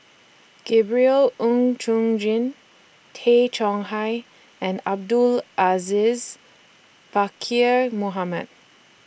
Gabriel Oon Chong Jin Tay Chong Hai and Abdul Aziz Pakkeer Mohamed